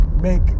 make